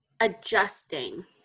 adjusting